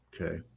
okay